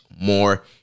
more